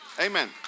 Amen